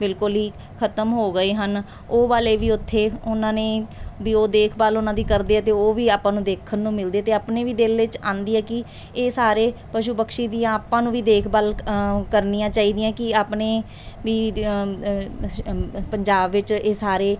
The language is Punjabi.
ਬਿਲਕੁਲ ਹੀ ਖਤਮ ਹੋ ਗਏ ਹਨ ਉਹ ਵਾਲੇ ਵੀ ਉੱਥੇ ਉਹਨਾਂ ਨੇ ਵੀ ਉਹ ਦੇਖਭਾਲ ਉਹਨਾਂ ਦੀ ਕਰਦੇ ਹਾਂ ਅਤੇ ਉਹ ਵੀ ਆਪਾਂ ਨੂੰ ਦੇਖਣ ਨੂੰ ਮਿਲਦੇ ਅਤੇ ਆਪਣੇ ਵੀ ਦਿਲ ਵਿੱਚ ਆਉਂਦੀ ਹੈ ਕਿ ਇਹ ਸਾਰੇ ਪਸ਼ੂ ਪਕਛੀ ਦੀਆਂ ਆਪਾਂ ਨੂੰ ਵੀ ਦੇਖ ਭਾਲ ਕਰਨੀਆਂ ਚਾਹੀਦੀਆਂ ਕਿ ਆਪਣੇ ਵੀ ਪੰਜਾਬ ਵਿੱਚ ਇਹ ਸਾਰੇ